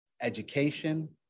education